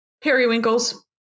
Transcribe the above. periwinkles